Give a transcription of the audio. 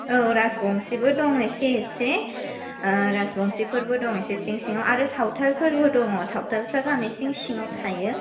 औ राजबंसिबो दं एसे एसे राजबंसिफोरबो दं ऐसे सिं सिङाव आरो सावथालफोरबो दङ सावथालफ्रा गामि सिं सिङाव थायो